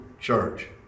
church